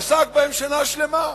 עסק בהם שנה שלמה.